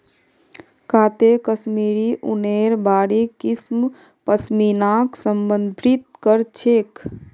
काते कश्मीरी ऊनेर बारीक किस्म पश्मीनाक संदर्भित कर छेक